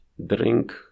drink